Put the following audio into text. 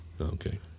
Okay